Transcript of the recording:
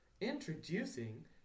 Introducing